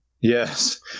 yes